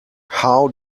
how